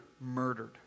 murdered